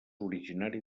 originari